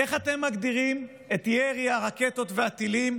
איך אתם מגדירים את ירי הרקטות והטילים